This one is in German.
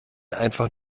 einfach